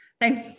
Thanks